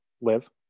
live